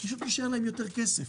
פשוט יישאר להם יותר כסף.